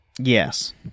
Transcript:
Yes